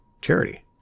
charity